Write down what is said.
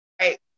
right